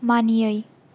मानियै